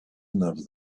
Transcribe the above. enough